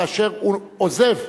כאשר הוא עוזב,